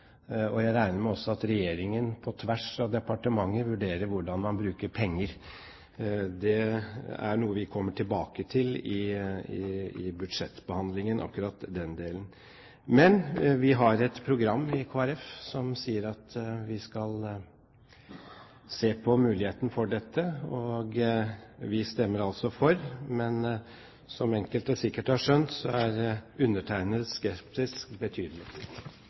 Jeg regner også med at regjeringen, på tvers av departementer, vurderer hvordan man bruker penger. Det er noe vi kommer tilbake til i budsjettbehandling, akkurat den delen. Men vi har et program i Kristelig Folkeparti som sier at vi skal se på muligheten for dette, og vi stemmer altså for, men som enkelte sikkert har skjønt, er undertegnedes skepsis betydelig.